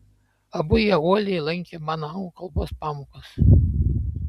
abu jie uoliai lankė mano anglų kalbos pamokas